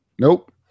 Nope